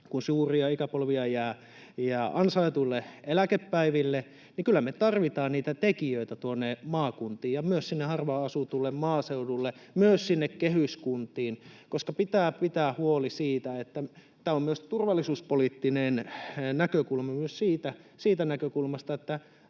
kun suuria ikäpolvia jää ansaituille eläkepäiville, niin kyllä me tarvitsemme niitä tekijöitä tuonne maakuntiin ja myös sinne harvaan asutulle maaseudulle, myös sinne kehyskuntiin, koska pitää pitää huoli — tämä on myös turvallisuuspoliittinen näkökulma — myös siitä näkökulmasta, että